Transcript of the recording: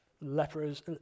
lepers